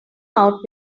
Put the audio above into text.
out